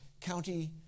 county